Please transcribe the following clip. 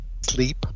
sleep